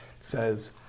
says